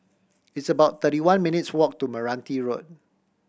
it's about thirty one minutes' walk to Meranti Road